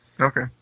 Okay